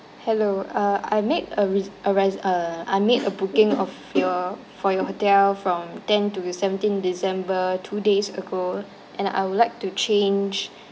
hello uh I make a re~ a res~ uh I made a booking of your for your hotel from ten to seventeen december two days ago and I would like to change